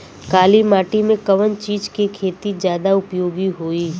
काली माटी में कवन चीज़ के खेती ज्यादा उपयोगी होयी?